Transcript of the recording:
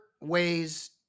ways